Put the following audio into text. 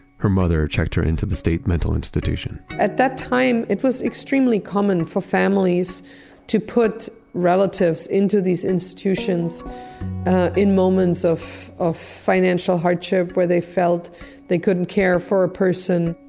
her mother checked her into the state mental institution. at that time, it was extremely common for families to put relatives into these institutions in moments of of financial hardship where they felt they couldn't care for a person.